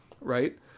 right